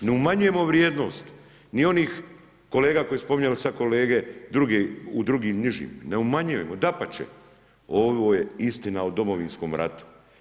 Ne umanjujemo vrijednost ni onih kolega koji spominju sad kolege u drugim nižim, ne umanjujemo, nego dapače, ovo je istina o Domovinskom ratu.